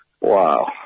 wow